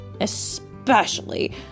especially